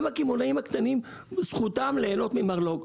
גם הקמעונאים הקטנים זכותם להנות ממרלו"ג.